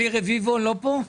אלי רביבו לא פה?